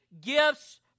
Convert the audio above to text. gifts